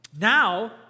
Now